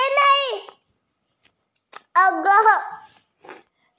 NBFC म्हणजे खाय आसत?